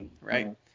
right